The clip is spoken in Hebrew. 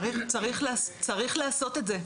צריך לעשות את זה,